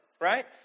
right